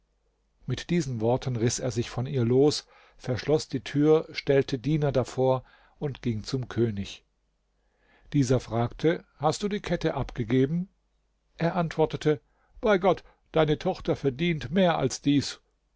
mit diesen worten riß er sich von ihr los verschloß die tür stellte diener davor und ging zum könig dieser fragte hast du die kette abgegeben er antwortete bei gott deine tochter verdient mehr als dies